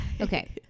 Okay